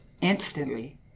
Instantly